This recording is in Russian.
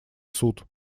суд